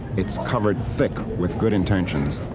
it's covered thick with good intentions.